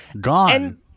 gone